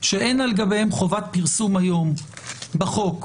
שאין לגביהם חובת פרסום היום בחוק,